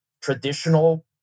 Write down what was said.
traditional